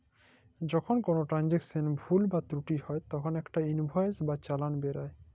যখল কল ট্রালযাকশলে ভুল বা ত্রুটি হ্যয় তখল ইকট ইলভয়েস বা চালাল বেরাই